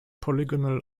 polygonal